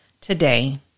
today